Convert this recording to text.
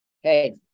hey